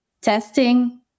testing